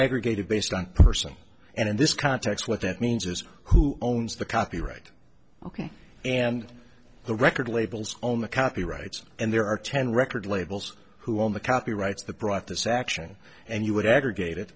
aggregated based on person and in this context what that means is who owns the copyright ok and the record labels own the copyrights and there are ten record labels who own the copyrights that brought this action and you would aggregate it